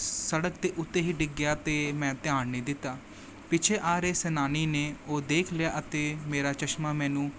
ਸੜਕ ਦੇ ਉੱਤੇ ਹੀ ਡਿੱਗ ਗਿਆ ਅਤੇ ਮੈਂ ਧਿਆਨ ਨਹੀਂ ਦਿੱਤਾ ਪਿੱਛੇ ਆ ਰਹੇ ਸੈਲਾਨੀ ਨੇ ਉਹ ਦੇਖ ਲਿਆ ਅਤੇ ਮੇਰਾ ਚਸ਼ਮਾ ਮੈਨੂੰ